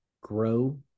grow